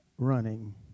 running